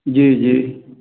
जी जी